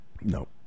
Nope